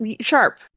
sharp